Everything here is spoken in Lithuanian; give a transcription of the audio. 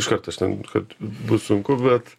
iš kart aš ten kad bus sunku bet